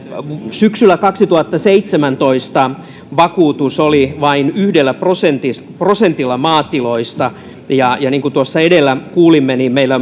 syksyllä kaksituhattaseitsemäntoista vakuutus oli vain yhdellä prosentilla maatiloista ja ja niin kuin tuossa edellä kuulimme meillä